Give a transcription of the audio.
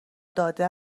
داده